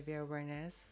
awareness